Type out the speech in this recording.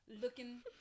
Looking